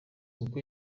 kuko